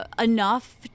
enough